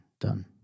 done